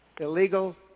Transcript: illegal